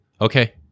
okay